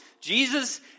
Jesus